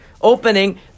opening